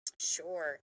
Sure